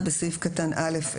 בסעיף 48 (1) בסעיף קטן (א)(10)